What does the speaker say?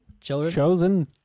chosen